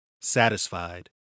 Satisfied